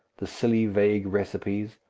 the silly vague recipes,